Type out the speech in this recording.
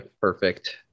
perfect